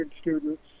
students